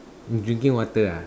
drinking water ah